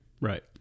Right